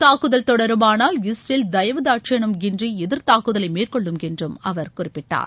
தாக்குதல் தொடருமானால் இஸ்ரேல் தயவுதாட்சியனம் இன்றி எதிர்தாக்குதலை மேற்கொள்ளும் என்று அவர் கூறினார்